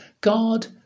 God